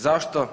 Zašto?